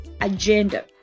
agenda